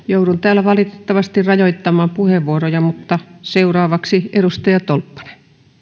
joudun täällä valitettavasti rajoittamaan puheenvuoroja mutta seuraavaksi edustaja tolppanen